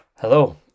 Hello